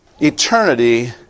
eternity